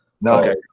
No